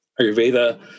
Ayurveda